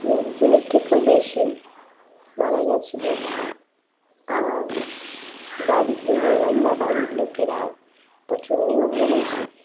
দুই একজনের থেকেও বেশি মারা গিয়েছিল আর বাড়িতে আমরা বাড়ির লোকেরা প্রচুর নিয়ম মেনেছি